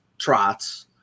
trots